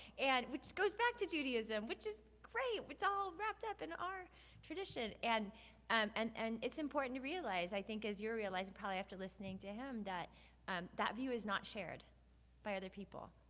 and which goes back to judaism, which is great. it's all wrapped up in our tradition. and and and it's important to realize, i think, as you'll realize probably after listening to him that um that view is not shared by other people.